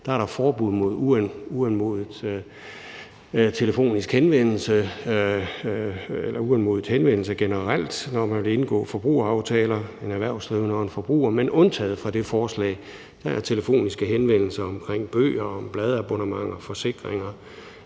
at der er forbud mod uanmodet telefonisk henvendelse eller uanmodet henvendelse generelt, når erhvervsdrivende vil indgå forbrugeraftaler med forbrugere, men undtaget for det forbud er telefoniske henvendelser omkring bøger, bladabonnementer, forsikringer,